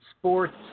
sports